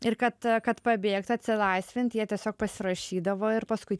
ir kad kad pabėgs atsilaisvinti jie tiesiog pasirašydavo ir paskui